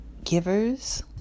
givers